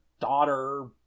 daughter